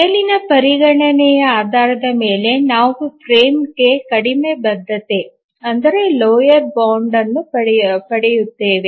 ಮೇಲಿನ ಪರಿಗಣನೆಯ ಆಧಾರದ ಮೇಲೆ ನಾವು ಫ್ರೇಮ್ಗೆ ಕಡಿಮೆ ಬದ್ಧತೆಯನ್ನು ಪಡೆಯುತ್ತೇವೆ